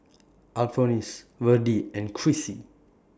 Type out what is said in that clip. Alphonse Virdie and Chrissy